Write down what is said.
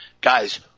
Guys